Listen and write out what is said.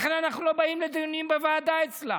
לכן אנחנו לא באים לדיונים בוועדה אצלה.